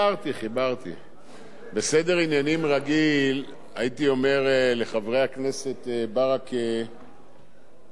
בסדר עניינים רגיל הייתי אומר לחברי הכנסת ברכה ודב חנין,